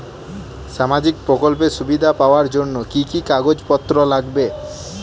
সামাজিক প্রকল্পের সুবিধা পাওয়ার জন্য কি কি কাগজ পত্র লাগবে?